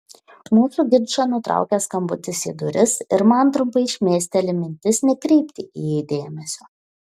mūsų ginčą nutraukia skambutis į duris ir man trumpai šmėsteli mintis nekreipti į jį dėmesio